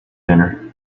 dinner